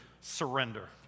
surrender